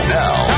now